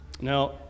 Now